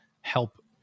help